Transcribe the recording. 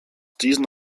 diesen